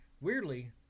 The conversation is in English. Weirdly